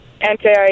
anti